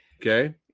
Okay